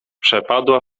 przepadła